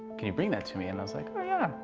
can you bring that to me? and i was like, oh, yeah.